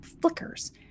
flickers